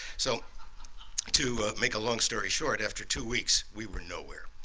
so to make a long story short, after two weeks we were nowhere.